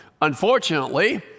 Unfortunately